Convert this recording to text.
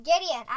Gideon